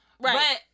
right